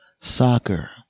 Soccer